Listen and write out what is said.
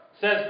Says